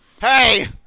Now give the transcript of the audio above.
Hey